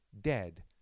dead